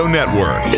Network